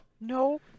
No